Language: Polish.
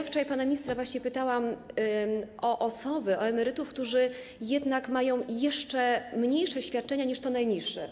Wczoraj pana ministra pytałam właśnie o osoby, o emerytów, którzy jednak mają jeszcze mniejsze świadczenia niż to najniższe.